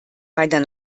meiner